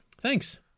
Thanks